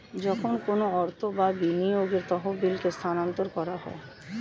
যখন কোনো অর্থ বা বিনিয়োগের তহবিলকে স্থানান্তর করা হয়